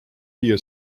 viia